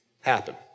happen